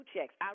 checks